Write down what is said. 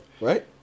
right